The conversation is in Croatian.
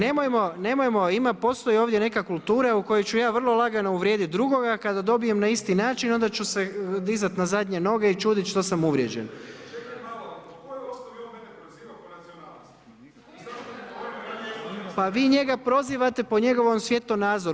Nemojmo, nemojmo ima, postoji ovdje neka kultura u kojoj ću ja vrlo lagano uvrijedit drugoga, a kada dobijem na isti način, onda ću se dizat na zadnje noge i čudit što sam uvrijeđen [[Upadica Jovanović: Čekaj malo po kojoj osnovi on mene proziva po nacionalnosti?]] Pa vi njega prozivate po njegovom svjetonazoru.